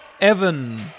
Evan